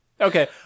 Okay